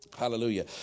Hallelujah